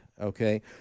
okay